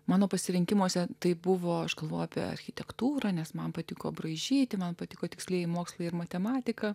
mano pasirinkimuose tai buvo aš galvojau apie architektūrą nes man patiko braižyti man patiko tikslieji mokslai ir matematika